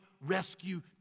rescue